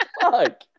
Fuck